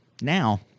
now